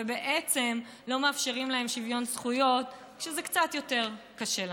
ובעצם לא מאפשרים להם שוויון זכויות כשזה קצת יותר קשה לנו.